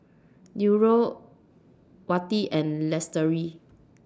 Nurul Wati and Lestari